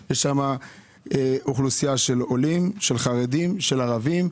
יש שם אוכלוסיית עולים, חרדים, ערבים,